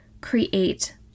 create